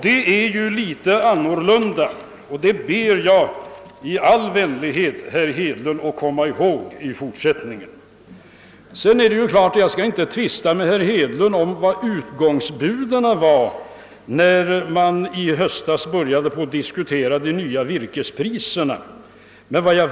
Det är ju litet annorlunda. Det ber jag i all vänlighet herr Hedlund komma ihåg i fortsättningen. Jag skall inte här tvista med herr Hedlund om vad som var utgångspunk ten för diskussionerna om de nya virkespriserna i höstas.